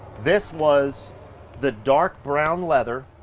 this was the dark brown leather,